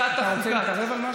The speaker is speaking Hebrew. אתה רוצה להתערב על משהו?